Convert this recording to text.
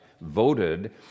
voted